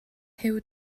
huw